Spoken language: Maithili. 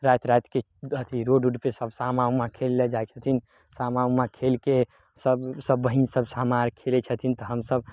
राति रातिके अथि रोड उड पर सभ सामा उमा खेलय जाइ छथिन सामा उमा खेलके सभ सभ बहिन सभ हमरा आरके खेलय छथिन तऽ हम सभ